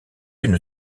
une